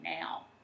now